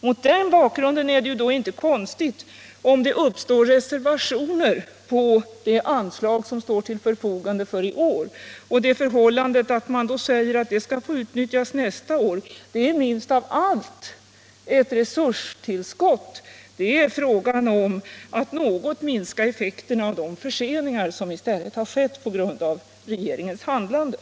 Mot den bakgrunden är det ju inte så konstigt om det uppstår reservationer på de anslag som står till förfogande för i år. Och det förhållandet att de medlen skall få utnyttjas nästa år är minst av allt ett resurstillskott. Snarare är det ett sätt att något minska effekten av de förseningar som har skett på grund av regeringens handlande.